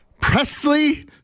Presley